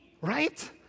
Right